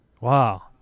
Wow